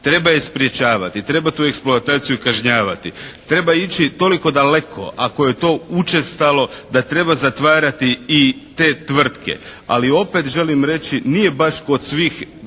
Treba je sprječavati. Treba tu eksploataciju kažnjavati. Treba ići toliko daleko ako je učestalo da treba zatvarati i te tvrtke. Ali opet želim reći nije baš kod svih